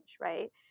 right